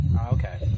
Okay